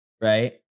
right